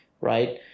right